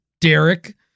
Derek